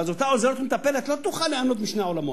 ואז אותה עוזרת או מטפלת לא תוכל ליהנות משני העולמות.